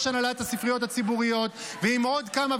הנהלת הספריות הציבוריות ועם עוד כמה,